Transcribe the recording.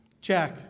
Jack